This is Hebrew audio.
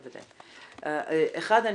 אחת,